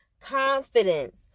confidence